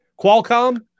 Qualcomm